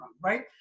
right